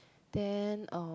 then um